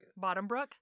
Bottombrook